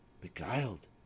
beguiled